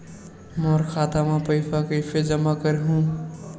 मोर खाता म पईसा कइसे जमा करहु?